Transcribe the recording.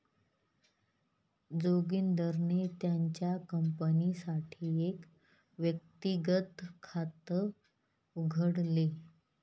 जोगिंदरने त्याच्या कंपनीसाठी एक व्यक्तिगत खात उघडले